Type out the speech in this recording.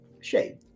shade